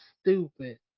stupid